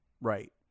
right